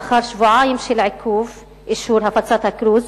לאחר שבועיים של עיכוב אישור הפצת הכרוז,